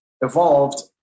evolved